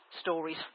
stories